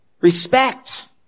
respect